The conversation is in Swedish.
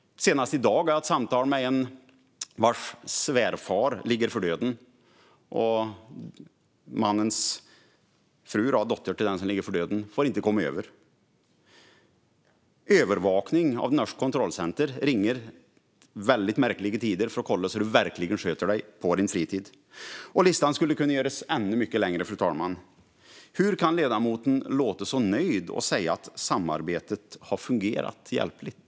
Senast i dag hade jag ett samtal med en man vars svärfar ligger för döden. Hans fru, dotter till den som ligger för döden, får inte komma över. Människor övervakas. Det norska kontrollcentret ringer på väldigt märkliga tider för att kolla att de verkligen sköter sig på sin fritid. Listan skulle kunna göras ännu längre, fru talman. Hur kan ledamoten låta så nöjd och säga att samarbetet har fungerat hjälpligt?